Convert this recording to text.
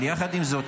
אבל יחד עם זאת,